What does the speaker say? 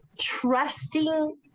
Trusting